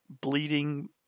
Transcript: bleeding